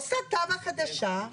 עושה תב"ע חדשה,